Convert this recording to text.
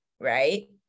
right